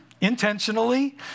intentionally